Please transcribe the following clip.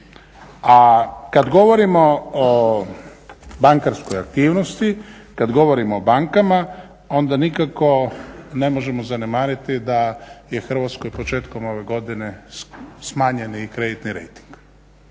A kad govorimo o bankarskoj aktivnosti, kad govorimo o bankama onda nikako ne možemo zanemariti da je Hrvatskoj početkom ove godine smanjen i kreditni rejting.